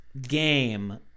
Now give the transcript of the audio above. game